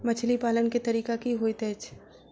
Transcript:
मछली पालन केँ तरीका की होइत अछि?